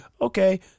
Okay